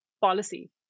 policy